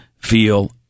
feel